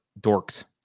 dorks